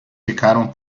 ficaram